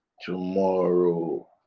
tomorrow